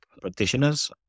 practitioners